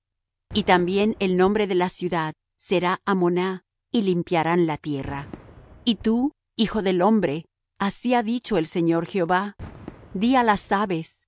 y también el nombre de la ciudad será hamonah y limpiarán la tierra y tú hijo del hombre así ha dicho el señor jehová di á las aves